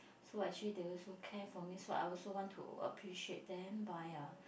so actually they also care for me so I also want to appreciate them by uh